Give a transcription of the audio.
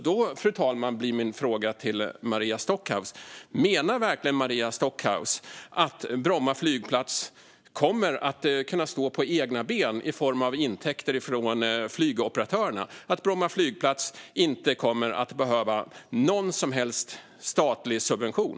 Då, fru talman, blir min fråga till Maria Stockhaus: Menar verkligen Maria Stockhaus att Bromma flygplats kommer att kunna stå på egna ben i form av intäkter från flygoperatörerna - att Bromma flygplats inte kommer att behöva någon som helst statlig subvention?